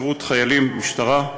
שירות חיילים במשטרה.